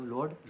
Lord